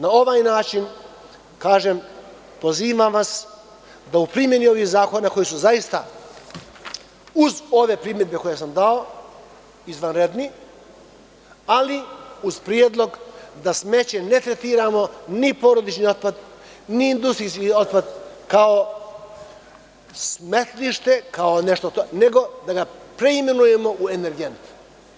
Na ovaj način, pozivam vas da u primeni ovih zakona koji su zaista, uz ove primedbe koje sam dao, izvanredni, ali uz predlog da smeće ne tretiramo, ni porodični otpad, ni industrijski otpad kao smetlište, nego da ga preimenujemo u energent.